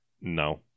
No